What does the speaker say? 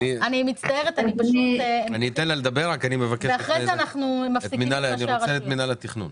אני אתן לה לדבר אבל אני מבקש לשמוע גם את מינהל התכנון.